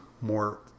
more